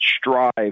strive